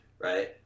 right